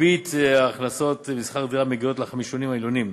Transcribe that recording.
מרבית ההכנסות משכר דירה מגיעות לחמישונים העליונים.